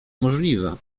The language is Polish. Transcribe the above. możliwe